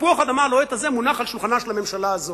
התפוח-אדמה הלוהט הזה מונח על שולחנה של הממשלה הזאת,